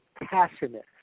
passionate